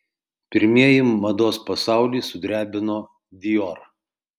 pirmieji mados pasaulį sudrebino dior